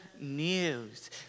news